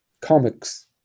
comics